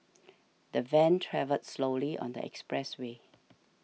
the van travelled slowly on the expressway